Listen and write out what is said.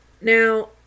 Now